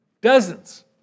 Dozens